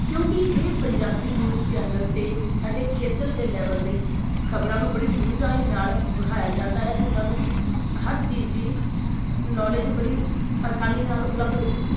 ਕਿਉਂਕਿ ਇਹ Punjabi news channel 'ਤੇ ਸਾਡੇ ਖੇਤਰ ਦੇ ਲੈਵਲ ਦੇ ਖਬਰਾਂ ਨੂੰ ਬੜੀ ਡੂੰਘਾਈ ਨਾਲ ਵਿਖਾਇਆ ਜਾਂਦਾ ਹੈ ਅਤੇ ਸਾਨੂੰ ਖਿ ਹਰ ਚੀਜ਼ ਦੀ ਨੌਲੇਜ ਬੜੀ ਆਸਾਨੀ ਨਾਲ ਉਪਲਬਧ ਹੋ ਜਾਂਦੀ ਹੈ